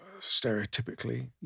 stereotypically